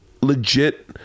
legit